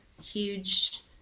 huge